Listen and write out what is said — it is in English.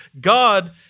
God